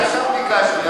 עכשיו ביקשתי,